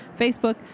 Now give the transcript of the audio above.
Facebook